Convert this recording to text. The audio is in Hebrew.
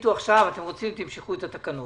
תחליטו עכשיו, ואם תרצו תמשכו את התקנות